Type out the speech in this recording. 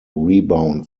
rebound